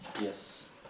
Yes